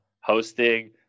hosting